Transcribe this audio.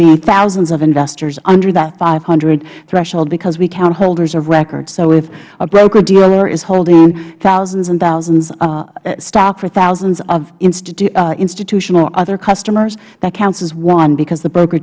be thousands of investors under that five hundred threshold because we count holders of record so if a brokerdealer is holding thousands and thousands stock for thousands of institutional other customers that counts as one because the broker